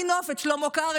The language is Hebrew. מה טינופת, שלמה קרעי?